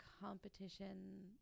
competition